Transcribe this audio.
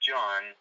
John